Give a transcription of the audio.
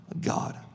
God